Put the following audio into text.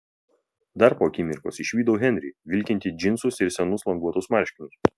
dar po akimirkos išvydau henrį vilkintį džinsus ir senus languotus marškinius